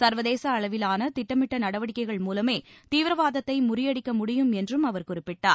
சர்வதேச அளவிலான திட்டமிட்ட நடவடிக்கை மூலமே தீவிரவாதத்தை முறியடிக்க முடியும் என்றும் அவர் குறிப்பிட்டார்